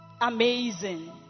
amazing